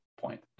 point